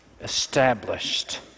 established